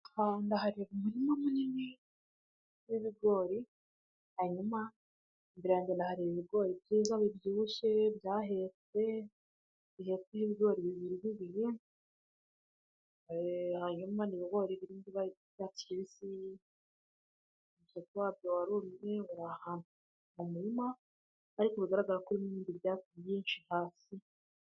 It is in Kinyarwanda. Ndahareba umurima munini w'ibigori hanyuma imbere yange ndahareba ibigori byiza bibyibushye byahetse bihetse ibigori bibiri hanyuma ni ibogori biri mu ibara ry'icyatsi kibisi umusatsi wabyo warumye biri ahantu mu murima ariko bigaragara ko hari ibindi byatsi byinshi hasi.